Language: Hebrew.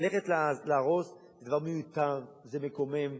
ללכת להרוס זה דבר מיותר, זה מקומם,